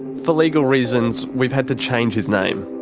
for legal reasons, we've had to change his name.